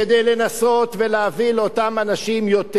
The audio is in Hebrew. כדי לנסות ולהביא לאותם אנשים יותר.